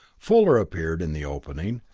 fuller appeared in the opening,